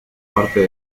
parte